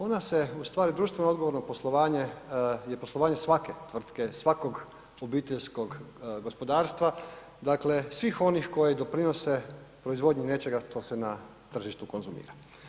Ona se, ustvari društveno odgovorno poslovanje je poslovanje svake tvrtke, svakog obiteljskog gospodarstva, dakle svih kojih koji doprinose proizvodnji nečega što se na tržištu konzumira.